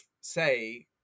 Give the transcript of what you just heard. say